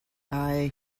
i—i